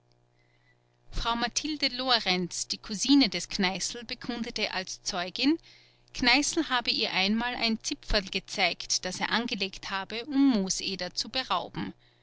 frau mathilde lorenz die kusine des kneißl bekundete als zeugin kneißl habe ihr einmal ein zipferl gezeigt das er angelegt habe um mooseder zu berauben